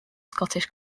scottish